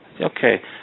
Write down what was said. Okay